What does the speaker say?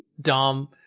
Dom